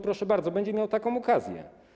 Proszę bardzo, będzie miał taką okazję.